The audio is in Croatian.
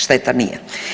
Šteta nije.